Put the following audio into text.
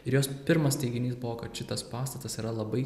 ir jos pirmas teiginys buvo kad šitas pastatas yra labai